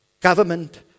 government